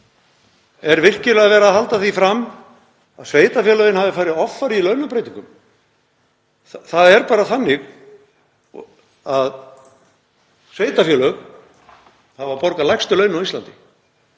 Er virkilega verið að halda því fram að sveitarfélögin hafi farið offari í launabreytingum? Það er bara þannig að sveitarfélög hafa borgað lægstu laun á Íslandi.